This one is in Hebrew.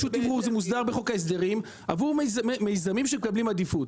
זה מוסדר בחוק ההסדרים עבור מיזמים שמקבלים עדיפות.